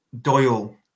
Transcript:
doyle